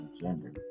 gender